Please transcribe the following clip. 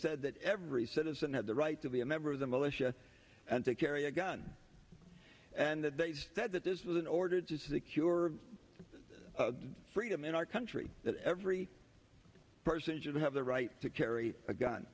said that every citizen had the right to be a member of the militia and to carry a gun and that they said that this was an ordered says the cure for freedom in our country that every person should have the right to carry a gun